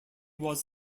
was